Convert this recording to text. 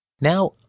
Now